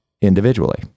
individually